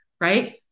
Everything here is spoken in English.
right